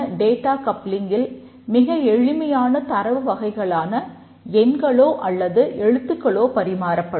data coupling மிக எளிமையான தரவு வகைகளான எண்களோ அல்லது எழுத்துக்களோ பரிமாறப்படும்